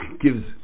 gives